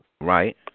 Right